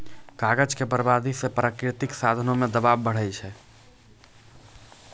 कागज के बरबादी से प्राकृतिक साधनो पे दवाब बढ़ै छै